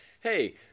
Hey